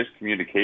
miscommunication